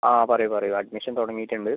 ആ പറയൂ പറയൂ അഡ്മിഷൻ തുടങ്ങിയിട്ടുണ്ട്